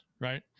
right